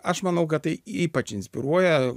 aš manau kad tai ypač inspiruoja